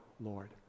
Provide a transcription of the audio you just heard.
lord